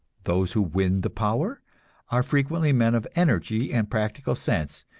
those who win the power are frequently men of energy and practical sense,